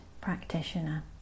practitioner